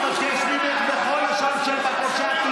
חברת הכנסת סטרוק, להוציא אותה החוצה.